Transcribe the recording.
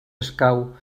escau